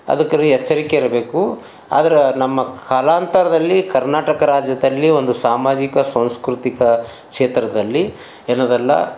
ಅದಕ್ಕರಿ ಎಚ್ಚರಿಕೆ ಇರಬೇಕು ಆದ್ರೆ ನಮ್ಮ ಕಾಲಾಂತರದಲ್ಲಿ ಕರ್ನಾಟಕ ರಾಜ್ಯದಲ್ಲಿ ಒಂದು ಸಾಮಾಜಿಕ ಸಾಂಸ್ಕೃತಿಕ ಕ್ಷೇತ್ರದಲ್ಲಿ ಎನ್ನೋದಲ್ಲ